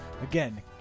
Again